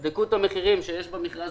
תבדקו את המחירים שיש במכרז